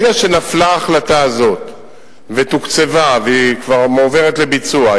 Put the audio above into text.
ברגע שנפלה ההחלטה הזאת ותוקצבה והיא כבר מועברת לביצוע,